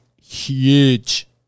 huge